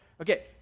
Okay